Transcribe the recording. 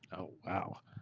oh, wow.